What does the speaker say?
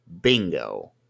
Bingo